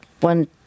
one